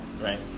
Right